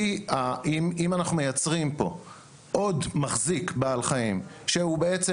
אם אנחנו מייצרים פה עוד מחזיק בעל חיים שהוא בעצם